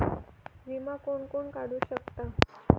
विमा कोण कोण काढू शकता?